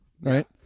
right